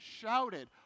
shouted